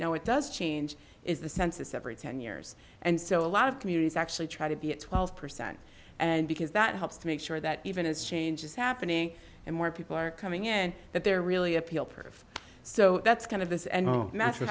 now it does change is the census every ten years and so a lot of communities actually try to be at twelve percent and because that helps to make sure that even as change is happening and more people are coming in that they're really appeal perth so that's kind of this and no matt